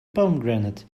pomegranate